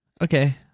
Okay